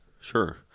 Sure